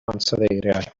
ansoddeiriau